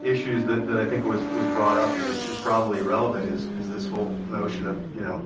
issues that that i think was was brought up and is is probably relevant is is this whole notion of, you know,